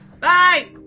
Bye